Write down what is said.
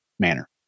manner